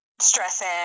stressing